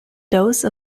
those